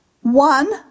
One